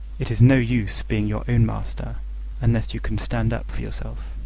it is no use being your own master unless you can stand up for yourself.